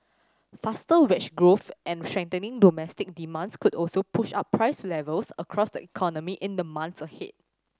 faster wage growth and strengthening domestic demands could also push up price levels across the economy in the months ahead